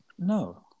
No